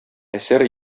әсәр